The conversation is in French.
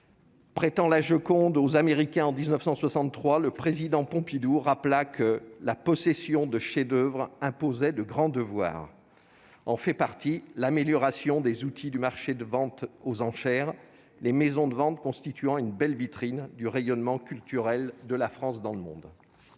prêté la Joconde aux Américains en 1963, le président Pompidou a rappelé que la possession de chefs-d'oeuvre imposait de grands devoirs. L'amélioration des outils du marché de ventes aux enchères en fait partie, les maisons de vente constituant une belle vitrine pour le rayonnement culturel de la France dans le monde.